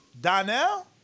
Donnell